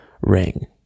ring